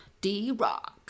D-Rock